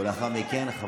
אין לכם בושה?